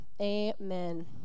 amen